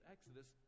Exodus